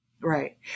Right